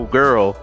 girl